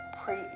pre